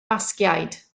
basgiaid